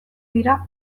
dira